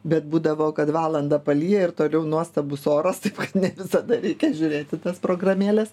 bet būdavo kad valandą palyja ir toliau nuostabus oras tai ne visada reikia žiūrėt į tas programėles